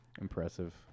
impressive